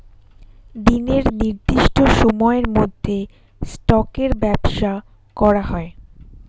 দিনের নির্দিষ্ট সময়ের মধ্যে স্টকের ব্যবসা করা হয়